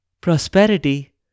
Prosperity